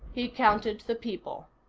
he counted the people.